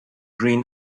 green